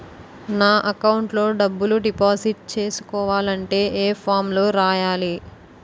నా అకౌంట్ లో డబ్బులు డిపాజిట్ చేసుకోవాలంటే ఏ ఫామ్ లో రాయాలి?